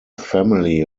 family